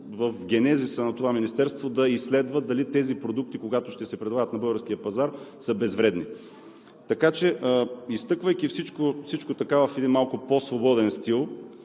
в генезиса на това министерство да изследва дали тези продукти, когато ще се предлагат на българския пазар, са безвредни. Така че изтъквайки всичко така в един малко по-свободен стил,